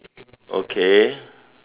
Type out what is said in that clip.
okay